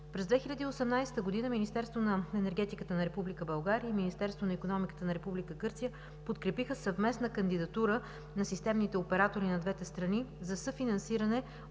През 2018 г. Министерството на енергетиката на Република България и Министерството на икономиката на Република Гърция подкрепиха съвместна кандидатура на системните оператори на двете страни за съфинансиране